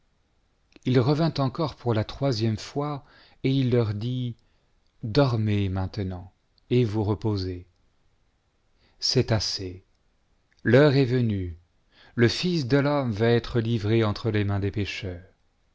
il revint encore pour la troisième fois et il leur dit dormez maintenant et vous reposez c'est assez l'heure est venue le fils de l'homme va être livré entre les mains des pécheurs